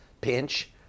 pinch